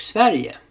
Sverige